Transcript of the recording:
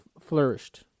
flourished